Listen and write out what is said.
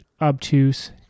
obtuse